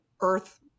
earth